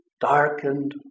darkened